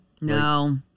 No